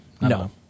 No